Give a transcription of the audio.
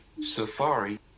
Safari